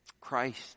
Christ